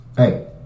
Hey